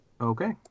Okay